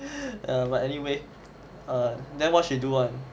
ya but anyway then what she do one